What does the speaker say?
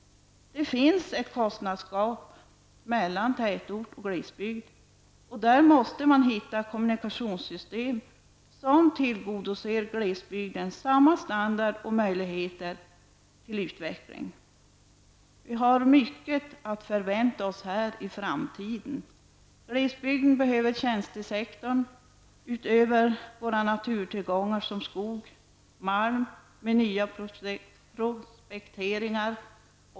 Det finns ett kostnadsgap mellan tätort och glesbygd, och där måste man hitta kommunikationssystem som ger glesbygden samma standard och möjligheter till utveckling. Vi har här mycket att förvänta oss i framtiden. Glesbygden behöver tjänstesektorn utöver våra naturtillgångar såsom skog och malm med nya prospekteringar.